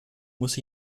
muss